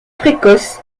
précoce